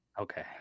Okay